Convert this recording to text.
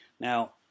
Now